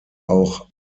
auch